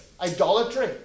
idolatry